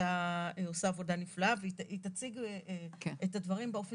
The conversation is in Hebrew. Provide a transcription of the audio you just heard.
עושה עבודה נפלאה והיא תציג את הדברים באופן